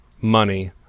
money